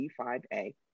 D5A